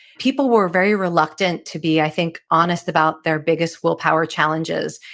people were very reluctant to be, i think, honest about their biggest willpower challenges.